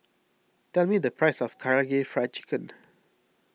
tell me the price of Karaage Fried Chicken